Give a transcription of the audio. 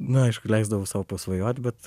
na aišku leisdavau sau pasvajot bet